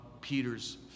Peter's